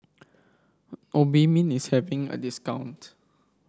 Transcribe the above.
obimin is having a discount